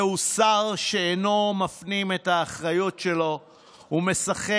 זהו שר שאינו מפנים את האחריות שלו ומשחק